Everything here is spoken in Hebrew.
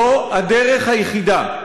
זו הדרך היחידה.